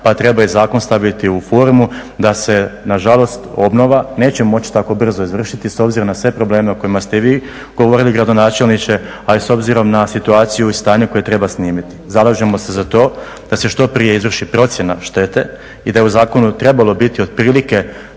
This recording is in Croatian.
pa treba i zakon staviti u formu da se nažalost obnova neće moći tako brzo izvršiti s obzirom na sve probleme o kojima ste i vi govorili, gradonačelniče, a i s obzirom na situaciju i stanje koje treba snimiti. Zalažemo se za to da se što prije izvrši procjena štete i da je u zakonu trebalo biti otprilike,